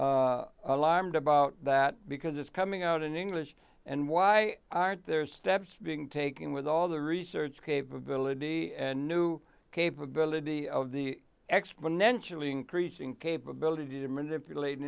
alarmed about that because it's coming out in english and why aren't there steps being taken with all the research capability and new capability of the exponentially increasing capability to manipulate